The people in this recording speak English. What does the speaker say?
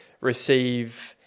receive